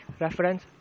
reference